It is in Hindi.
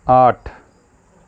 आठ